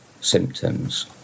symptoms